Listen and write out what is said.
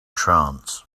trance